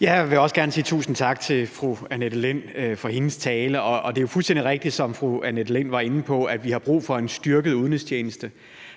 Jeg vil også gerne sige tusind tak til fru Annette Lind for talen. Det er jo fuldstændig rigtigt, som fru Annette Lind var inde på, at vi har brug for en styrket udenrigstjeneste.